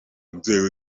nzego